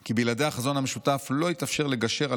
כי בלעדי החזון המשותף לא יתאפשר לגשר על